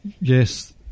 yes